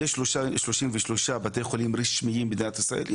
יש 33 בתי חולים רשמיים במדינת ישראל,